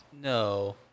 No